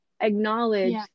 acknowledge